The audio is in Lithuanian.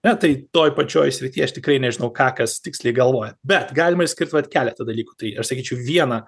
ane tai toj pačioj srity aš tikrai nežinau ką kas tiksliai galvoja bet galima išskirt vat keletą dalykų tai aš sakyčiau vieną